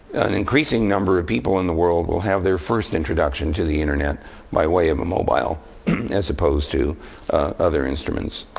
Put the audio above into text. an increasing number of people in the world will have their first introduction to the internet by way of a mobile as opposed to other instruments.